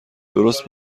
درست